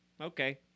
okay